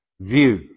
view